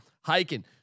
hiking